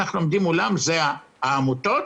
העמותות